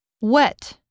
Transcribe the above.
Wet